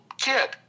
kid